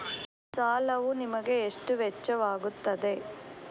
ಸಾಲವು ನಿಮಗೆ ಎಷ್ಟು ವೆಚ್ಚವಾಗುತ್ತದೆ?